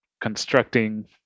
constructing